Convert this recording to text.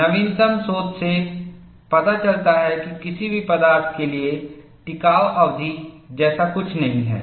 नवीनतम शोध से पता चलता है कि किसी भी पदार्थ के लिए टिकाव अवधि जैसा कुछ नहीं है